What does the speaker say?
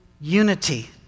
unity